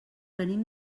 venim